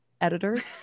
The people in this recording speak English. editors